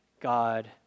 God